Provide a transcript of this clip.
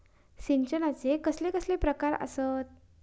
सिंचनाचे कसले कसले प्रकार आसत?